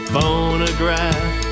Phonograph